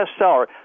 bestseller